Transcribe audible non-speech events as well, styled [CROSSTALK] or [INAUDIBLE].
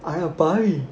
[LAUGHS]